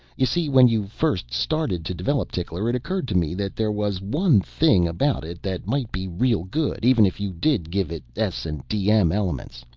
you see, when you first started to develop tickler, it occurred to me that there was one thing about it that might be real good even if you did give it s and dm elements.